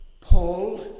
Paul